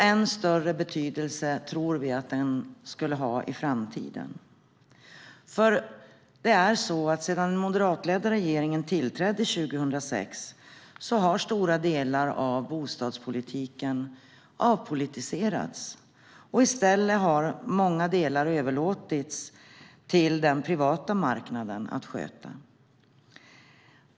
Än större betydelse tror vi att den skulle ha i framtiden. Sedan den moderatledda regeringen tillträdde 2006 har stora delar av bostadspolitiken avpolitiserats. I stället har många delar överlåtits till den privata marknaden att sköta.